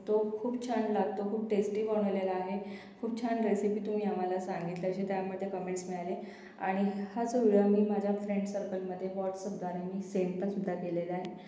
तो खूप छान लागतो खूप टेस्टी बनवलेला आहे खूप छान रेसिपी तुम्ही आम्हाला सांगितली अशा त्यामध्ये कंमेंट्स मिळाले आणि हा जो व्हिडिओ मी माझ्या फ्रेंड सर्कलमध्ये वॉट्सअपद्वारे मी सेंड पण सुद्धा केलेला आहे